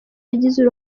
yagize